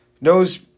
Knows